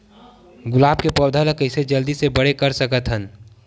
गुलाब के पौधा ल कइसे जल्दी से बड़े कर सकथन?